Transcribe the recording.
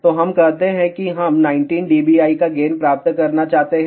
तो हम कहते हैं कि हम 19 dBi का गेन प्राप्त करना चाहते हैं